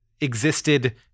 existed